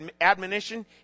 admonition